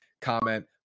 comment